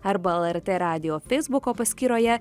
arba lrt radijo feisbuko paskyroje